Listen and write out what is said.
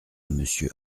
monsieur